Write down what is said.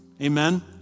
Amen